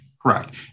Correct